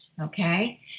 Okay